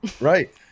Right